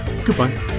Goodbye